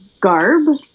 garb